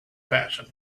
passion